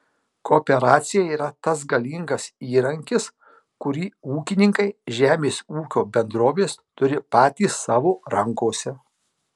kooperacija yra tas galingas įrankis kurį ūkininkai žemės ūkio bendrovės turi patys savo rankose